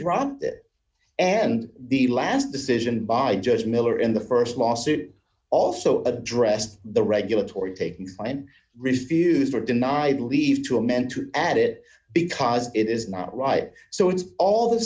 dropped it and the last decision by judge miller in the st lawsuit also addressed the regulatory taking fine refused or denied leave to amend to add it because it is not right so it's all the